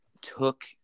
took